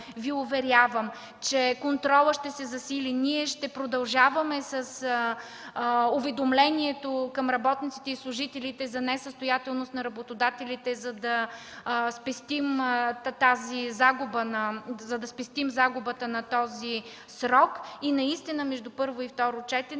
Ви уверявам, че контролът ще се засили. Ние ще продължаваме с уведомлението към работниците и служителите за несъстоятелност на работодателите, за да спестим загубата на този срок. Между първо и второ четене